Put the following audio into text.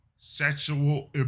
sexual